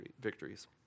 victories